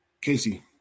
Casey